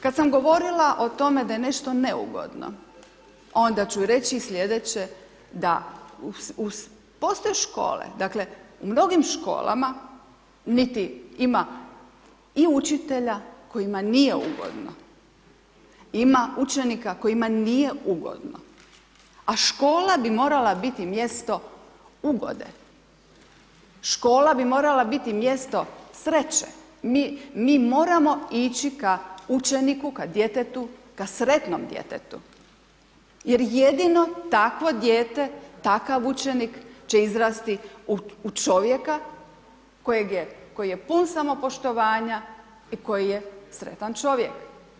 Kad sam govorila da je nešto neugodno, onda ću reći i slijedeće, da postoje škole, dakle, u mnogim školama, niti ima i učitelja kojima nije ugodno, ima učenika kojima nije ugodno, a škola bi morala biti mjesto ugode, škola bi morala biti mjesto sreće, mi moramo ići ka učeniku, ka djetetu, ka sretnom djetetu jer jedino takvo dijete, takav učenik će izrasti u čovjeka koji je pun samopoštovanja i koji je sretan čovjek.